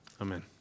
Amen